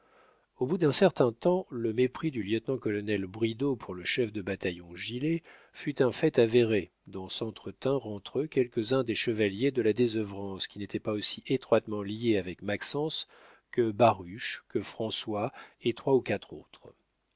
au bout d'un certain temps le mépris du lieutenant-colonel bridau pour le chef de bataillon gilet fut un fait avéré dont s'entretinrent entre eux quelques-uns des chevaliers de la désœuvrance qui n'étaient pas aussi étroitement liés avec maxence que baruch que françois et trois ou quatre autres